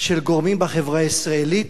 של גורמים בחברה הישראלית